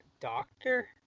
Doctor